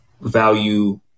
value